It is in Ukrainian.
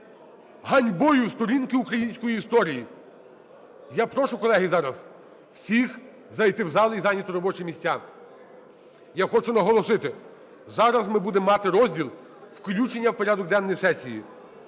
ганьбою в сторінки української історії. Я прошу, колеги, зараз всіх зайти в зал і зайняти робочі місця. Я хочу наголосити: зараз ми будемо мати розділ "Включення в порядок денний сесії".